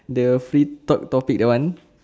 the free talk topic that one